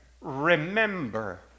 remember